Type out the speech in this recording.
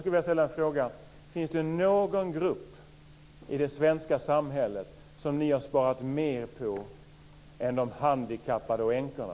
Jag skulle vilja fråga om det finns någon grupp i det svenska samhället som ni har sparat mer på än de handikappade och änkorna.